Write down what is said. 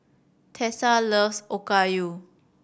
Tessa loves Okayu